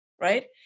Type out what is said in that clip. right